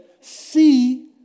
see